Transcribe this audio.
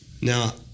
Now